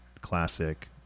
classic –